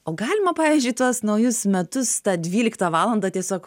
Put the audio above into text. o galima pavyzdžiui tuos naujus metus tą dvyliktą valandą tiesiog